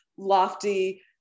lofty